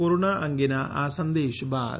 corona અંગેના આ સંદેશ બાદ